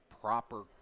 proper